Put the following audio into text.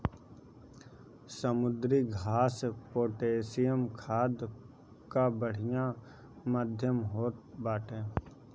समुद्री घास पोटैशियम खाद कअ बढ़िया माध्यम होत बाटे